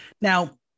Now